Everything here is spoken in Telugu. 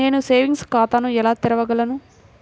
నేను సేవింగ్స్ ఖాతాను ఎలా తెరవగలను?